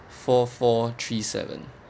four four three seven